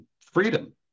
freedom